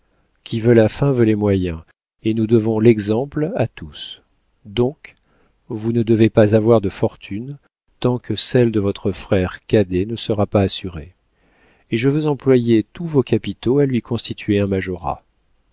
qui veut la fin veut les moyens et nous devons l'exemple à tous donc vous ne devez pas avoir de fortune tant que celle de votre frère cadet ne sera pas assurée et je veux employer tous vos capitaux à lui constituer un majorat